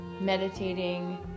meditating